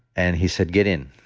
and he said get in.